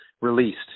released